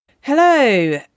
Hello